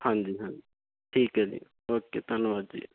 ਹਾਂਜੀ ਹਾਂਜੀ ਠੀਕ ਹੈ ਜੀ ਓਕੇ ਧੰਨਵਾਦ ਜੀ